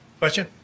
question